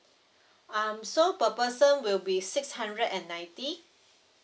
um so per person will be six hundred and ninety